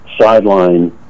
sideline